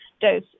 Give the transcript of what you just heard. dose